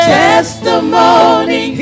testimony